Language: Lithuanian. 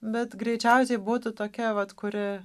bet greičiausiai būtų tokia vat kuri